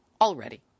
already